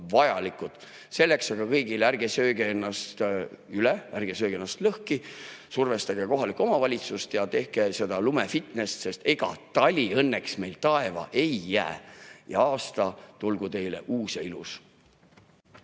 Selleks aga ütlen kõigile: ärge sööge üle, ärge sööge ennast lõhki! Survestage kohalikku omavalitsust ja tehke lumefitnessi, sest ega tali õnneks meil taeva ei jää. Ja aasta tulgu teil uus ja ilus!